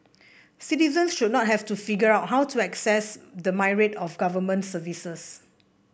citizens should not have to figure out how to access the myriad of government services